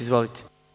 Izvolite.